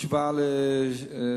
תשובה על השאילתא: